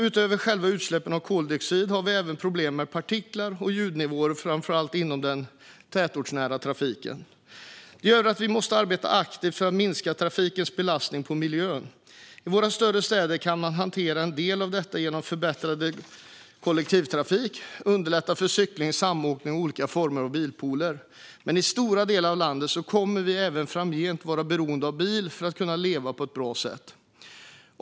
Utöver själva utsläppen av koldioxid har vi även problem med partiklar och ljudnivåer, framför allt inom den tätortsnära trafiken. Det gör att vi måste arbeta aktivt för att minska trafikens belastning på miljön. I våra större städer kan man hantera en del av detta genom förbättrad kollektivtrafik, genom att underlätta för cykling och samåkning och genom olika former av bilpooler. Men i stora delar av landet kommer vi även framgent att vara beroende av bil för att kunna leva på ett bra sätt.